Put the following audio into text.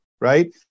right